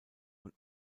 und